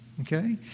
Okay